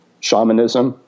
shamanism